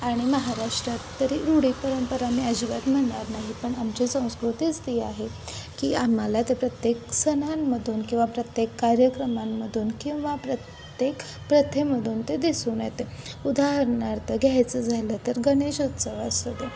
आणि महाराष्ट्रात तरी रूढी परंपरा मी अजिबात म्हणणार नाही पण आमची संस्कृतीच ती आहे की आम्हाला ते प्रत्येक सणांमधून किंवा प्रत्येक कार्यक्रमांमधून किंवा प्रत्येक प्रथेमधून ते दिसून येते उदाहरणार्थ घ्यायचं झालं तर गणेश उत्सव असु द्या